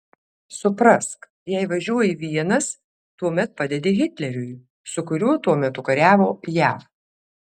suprask jei važiuoji vienas tuomet padedi hitleriui su kuriuo tuo metu kariavo jav